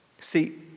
See